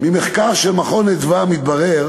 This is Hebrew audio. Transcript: ההורים, ממחקר של "מרכז אדוה" מתברר